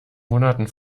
monaten